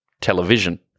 television